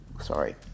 Sorry